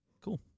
Cool